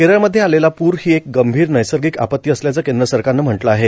केरळमध्ये आलेला पूर ही एक गंभीर नैसर्गिक आपत्ती असल्याचं केंद्र सरकारनं म्हटलं आहे